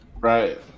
Right